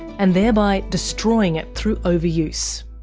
and thereby destroying it through overuse.